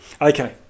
Okay